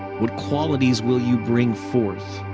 what qualities will you bring forth?